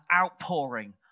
outpouring